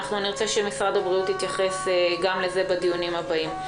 נרצה שמשרד הבריאות יתייחס גם לזה בדיונים הבאים.